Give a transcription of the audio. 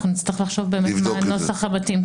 נצטרך לחשוב מה הנוסח המתאים.